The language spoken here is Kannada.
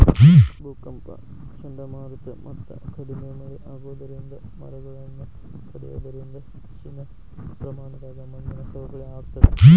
ಭೂಕಂಪ ಚಂಡಮಾರುತ ಮತ್ತ ಕಡಿಮಿ ಮಳೆ ಆಗೋದರಿಂದ ಮರಗಳನ್ನ ಕಡಿಯೋದರಿಂದ ಹೆಚ್ಚಿನ ಪ್ರಮಾಣದಾಗ ಮಣ್ಣಿನ ಸವಕಳಿ ಆಗ್ತದ